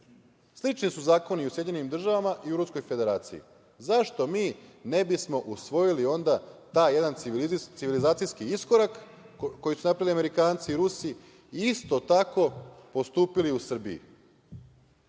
Slični su zakoni i u SAD i u Ruskoj Federaciji. Zašto mi ne bismo usvojili onda taj jedan civilizacijski iskorak koji su napravili Amerikanci i Rusi i isto tako postupili u Srbiji,